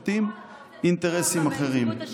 המשרתים אינטרסים אחרים." --- אתה רוצה לפגוע ביציבות השלטונית.